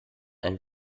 ein